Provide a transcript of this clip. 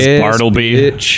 Bartleby